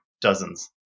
dozens